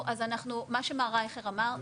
מה שמר רייכר אמר,